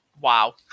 wow